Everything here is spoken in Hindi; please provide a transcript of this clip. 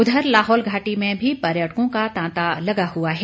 उधर लाहौल घाटी में भी पर्यटकों का तांता लगा हुआ है